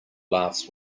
laughs